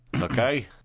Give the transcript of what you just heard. Okay